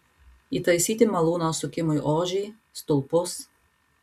įtaisyti malūno sukimui ožį stulpus